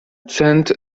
cent